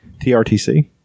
TRTC